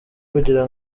kugira